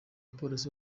polisi